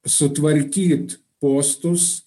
sutvarkyt postus